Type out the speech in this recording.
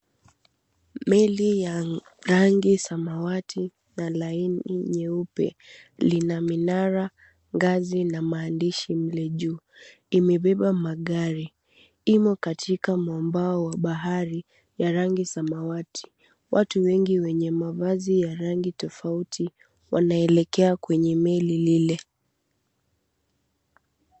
Meli ya rangi samawati nyeupe na laini nyeupe, lina minara ngazi na maandishi mle juu imebeba magari. Imo katika mwambao wa bahari ya rangi samawati. Watu wengi wenye mavazi ya rangi tofauti wanaelekea kwenye meli lile.